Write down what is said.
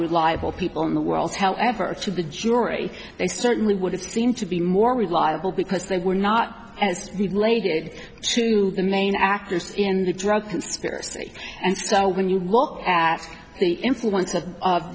reliable people in the world however to the jury they certainly would have seemed to be more reliable because they were not as related to the main actors in the drug conspiracy and so when you look at the influence of